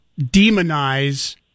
demonize